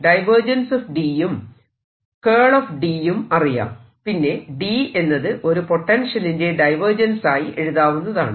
D യും D യും അറിയാം പിന്നെ D എന്നത് ഒരു പൊട്ടൻഷ്യലിന്റെ ഡൈവേർജൻസ് ആയി എഴുതാവുന്നതാണ്